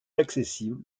accessible